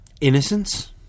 innocence